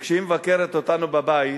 וכשהיא מבקרת אותנו בבית,